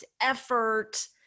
effort